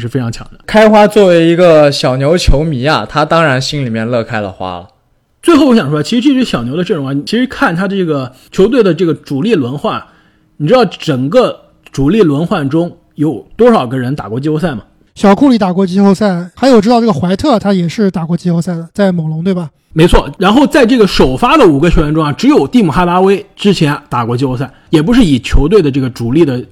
是非常强的。开花作为一个小牛球迷啊，他当然心里面乐开了花了。最后我想说，其实这支小牛的阵容啊，你其实看他这个球队的这个主力轮换，你知道整个主力轮换中有多少个人打过季后赛吗？小库里打过季后赛，还有知道这个怀特他也是打过季后赛的，在猛龙对吧？没错，然后在这个首发的五个球员中啊，只有蒂姆·哈达威之前啊，打过季后赛，也不是以球队的这个主力的